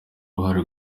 ruhare